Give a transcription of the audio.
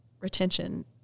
retention